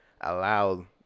allow